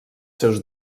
seus